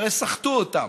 הרי סחטו אותם.